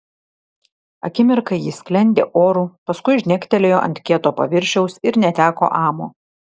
akimirką ji sklendė oru paskui žnektelėjo ant kieto paviršiaus ir neteko amo